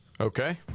Okay